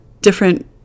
different